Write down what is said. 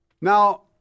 Now